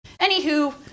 Anywho